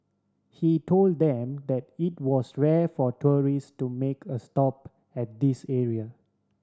he told them that it was rare for tourist to make a stop at this area